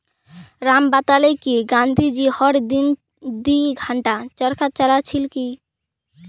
राम बताले कि गांधी जी हर दिन दी घंटा चरखा चला छिल की